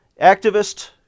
activist